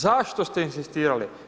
Zašto ste inzistirali?